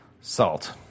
salt